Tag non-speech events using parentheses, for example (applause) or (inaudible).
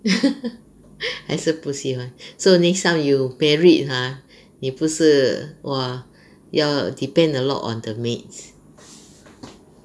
(laughs) 还是不喜欢 so next time you you married !huh! 你不是 !wah! 要 depend a lot on the maids